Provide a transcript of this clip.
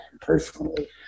personally